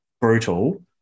brutal